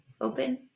open